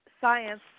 science